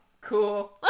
Cool